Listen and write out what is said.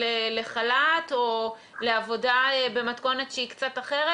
לחל"ת או לעבודה במתכונת שהיא קצת אחרת,